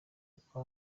uko